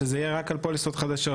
שזה יהיה רק על פוליסות חדשות.